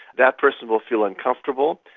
that person will feel uncomfortable,